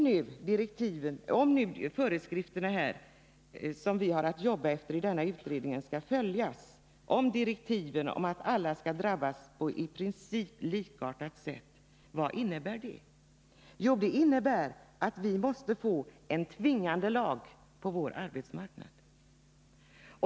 Om de föreskrifter som vi har att jobba efter i utredningen skall följas, om direktiven att alla skall drabbas på i princip likartat sätt skall följas, vad innebär då det? Jo, det innebär att vi måste få en tvingande lag på vår arbetsmarknad.